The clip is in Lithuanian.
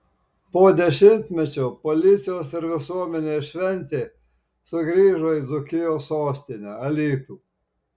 po dešimtmečio policijos ir visuomenės šventė sugrįžo į dzūkijos sostinę alytų